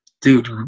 Dude